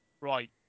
Right